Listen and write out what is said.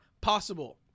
possible